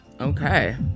Okay